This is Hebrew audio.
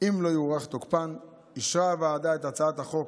אם לא יוארך תוקפן, אישרה הוועדה את הצעת החוק,